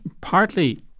partly